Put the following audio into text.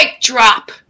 drop